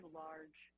large